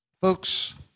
Folks